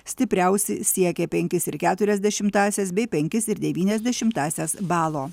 stipriausi siekė penkis ir keturias dešimtąsias bei penkis ir devynias dešimtąsias balo